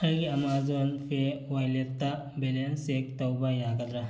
ꯑꯩꯒꯤ Amazon pay ꯋꯥꯂꯦꯠꯇ balance check ꯇꯧꯕ ꯌꯥꯒꯗ꯭ꯔꯥ